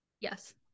Yes